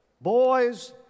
Boys